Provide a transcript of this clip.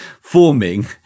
forming